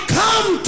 come